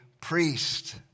priest